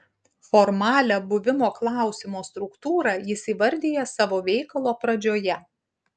formalią buvimo klausimo struktūrą jis įvardija savo veikalo pradžioje